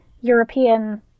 European